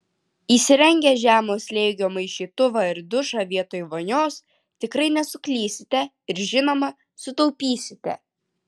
įsirengę žemo slėgio maišytuvą ir dušą vietoj vonios tikrai nesuklysite ir žinoma sutaupysite